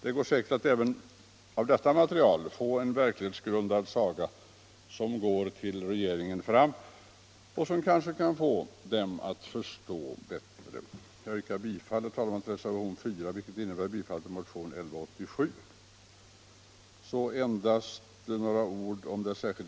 Det går säkert att även av detta material få en verklighetsgrundad saga, som går till regeringen fram och som kanske kan få den att förstå bättre. Så endast några ord med anledning av det särskilda yttrandet nr 2 som jag står för.